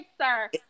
sir